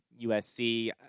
USC